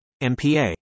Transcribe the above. MPa